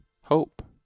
hope